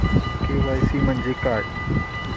KYC म्हणजे काय?